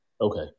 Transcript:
Okay